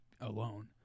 alone